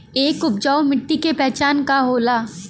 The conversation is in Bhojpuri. एक उपजाऊ मिट्टी के पहचान का होला?